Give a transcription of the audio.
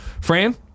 fran